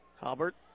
Halbert